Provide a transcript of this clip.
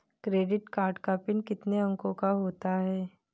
Credit card का PIN कितने अंकों का होता है?